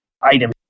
item